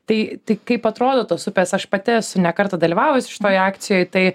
tai tai kaip atrodo tos upės aš pati esu ne kartą dalyvavus šitoj akcijoj tai